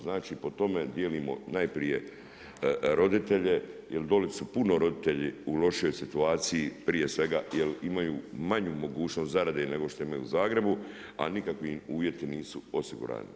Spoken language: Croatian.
Znači, po tome dijelimo najprije roditelje jer dolje su puno roditelji u lošijoj situaciji prije svega jer imaju manju mogućnost zarade nego što imaju u Zagrebu a nikakvi im uvjeti nisu osigurani.